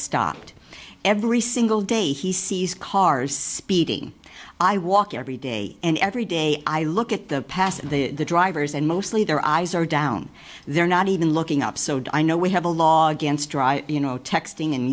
stopped every single day he sees cars speeding i walk every day and every day i look at the past the drivers and mostly their eyes are down they're not even looking up so do i know we have a law against you know texting and